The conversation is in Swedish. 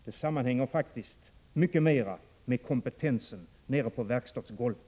Det sammanhänger faktiskt mycket mera med kompetensen nere på verkstadsgolvet.